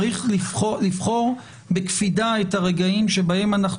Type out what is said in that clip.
צריך לבחור בקפידה את הרגעים שבהם אנחנו